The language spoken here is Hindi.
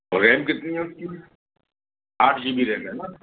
और रैम कितनी है उसकी आठ जी बी रैम है ना